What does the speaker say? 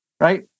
Right